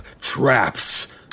traps